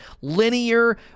linear